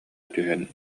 түһэн